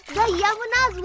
the yamuna's